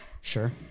Sure